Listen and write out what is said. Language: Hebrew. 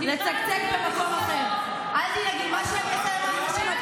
הנשים לסגור את הרשות לקידום מעמד האישה?